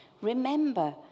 Remember